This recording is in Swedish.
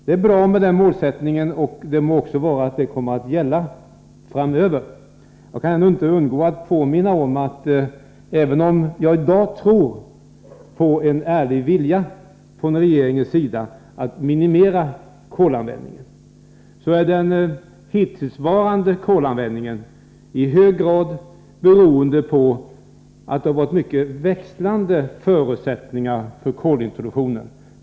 Det är en bra målsättning, och kanske kommer den också att gälla framöver. Jag kan ändå inte underlåta att påminna om — även om jag tror på en ärlig vilja från regeringens sida i dag att minimera kolanvändningen — att den hittillsvarande kolanvändningen i hög grad varit beroende av mycket växlande förutsättningar för kolintroduktionen.